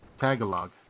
Tagalog